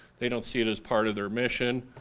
they don't see it as part of their mission,